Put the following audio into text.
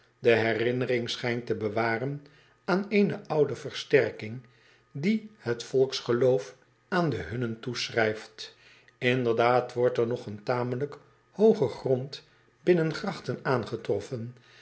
de herinnering schijnt te bewaren aan eene oude versterking die het volksgeloof aan de u n n e n toeschrijft nderdaad wordt er nog een tamelijk hooge grond binnen grachten aangetroffen